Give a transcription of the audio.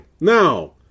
Now